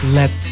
let